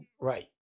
right